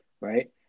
right